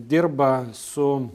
dirba su